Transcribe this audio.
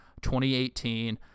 2018